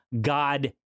God